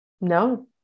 no